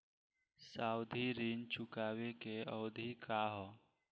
सावधि ऋण चुकावे के अवधि का ह?